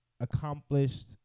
accomplished